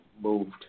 moved